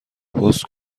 پست